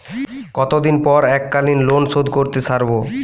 কতদিন পর এককালিন লোনশোধ করতে সারব?